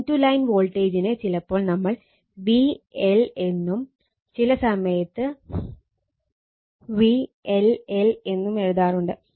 line to line വോൾട്ടേജിനെ ചിലപ്പോൾ നമ്മൾ VL എന്നും ചില സമയത്ത് VLL എന്നും എഴുതാറുണ്ട്